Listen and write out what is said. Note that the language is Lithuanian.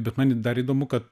bet man dar įdomu kad